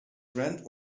friend